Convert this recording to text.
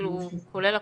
כולל הקורונה?